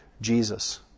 Jesus